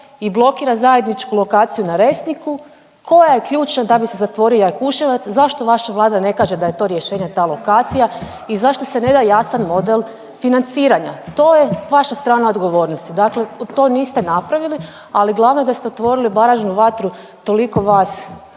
i blokira zajedničku lokaciju na Resniku, koja je ključna da bi se zatvorio Jakuševac, zašto vaša Vlada ne kaže da je to rješenje ta lokacija i zašto se ne daje jasan model financiranja. To je vaša strana odgovornosti, dakle to niste napravili, ali glavno da ste otvorili baražnu vatru toliko vas